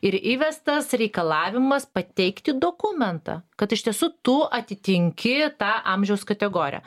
ir įvestas reikalavimas pateikti dokumentą kad iš tiesų tu atitinki tą amžiaus kategoriją